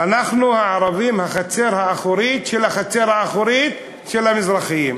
אנחנו הערבים החצר האחורית של החצר האחורית של המזרחים.